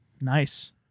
nice